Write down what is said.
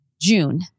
June